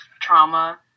trauma